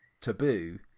taboo